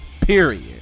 period